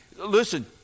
Listen